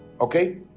Okay